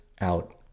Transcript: out